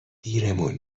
دیرمون